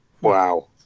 Wow